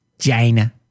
China